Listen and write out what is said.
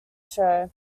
show